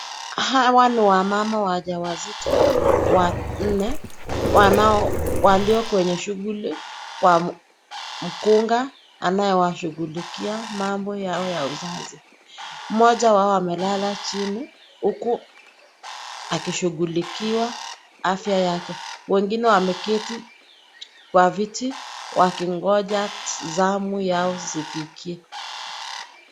Hawa ni wamama wajawazito wanne wanao walio kwenye shughuli Kwa mkunga anaye washughulikia mambo yao ya uzazi. mmoja wao amelala chini huku akishughulikiwa afya yake wengine wameketi kwa viti wakigonja zamu yao ifike.